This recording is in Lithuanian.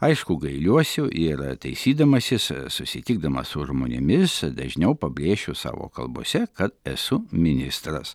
aišku gailiuosiu ir taisydamasis susitikdamas su žmonėmis dažniau pabrėšiu savo kalbose kad esu ministras